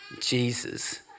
Jesus